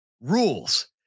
rules